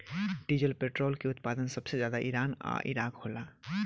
diesel petrol के उत्पादन सबसे ज्यादा ईरान आ इराक होला